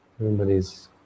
everybody's